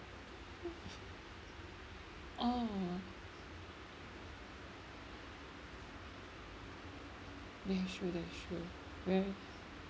oh that is true that is true very